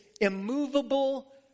immovable